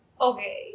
Okay